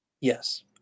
Yes